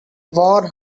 war